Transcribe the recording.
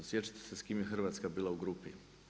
Sjećate se s kim je Hrvatska bila u grupi.